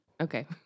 Okay